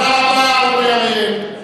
תודה רבה, אורי אריאל.